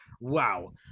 wow